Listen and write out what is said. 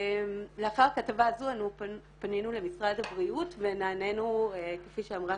לאחר הכתבה הזו פנינו למשרד הבריאות ונענינו כפי שאמרה